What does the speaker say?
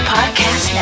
Podcast